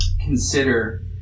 consider